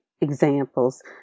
examples